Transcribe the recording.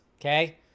okay